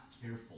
careful